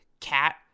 cat